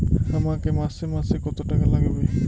আমাকে মাসে মাসে কত টাকা লাগবে?